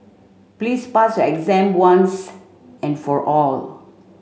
please pass your exam once and for all